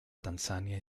tanzania